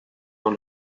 dans